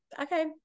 okay